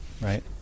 right